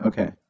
Okay